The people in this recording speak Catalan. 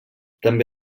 també